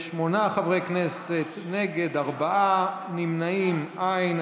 28 חברי כנסת, נגד, ארבעה, נמנעים אין.